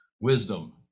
wisdom